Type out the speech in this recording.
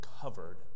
covered